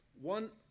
one